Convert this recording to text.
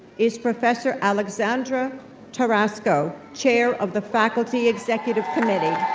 is professor alexandra tarasko, chair of the faculty executive committee.